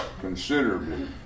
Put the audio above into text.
considerably